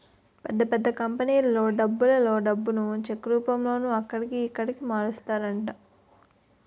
పెద్ద పెద్ద కంపెనీలలో డబ్బులలో డబ్బును చెక్ రూపంలోనే అక్కడికి, ఇక్కడికి మారుస్తుంటారట